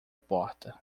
porta